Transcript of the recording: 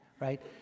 right